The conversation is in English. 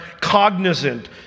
cognizant